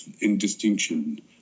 indistinction